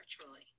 virtually